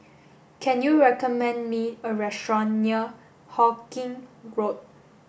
can you recommend me a restaurant near Hawkinge Road